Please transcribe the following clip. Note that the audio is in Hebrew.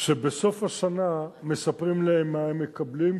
שבסוף השנה מספרים להם מה הם מקבלים,